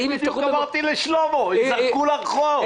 הם ייזרקו לרחוב.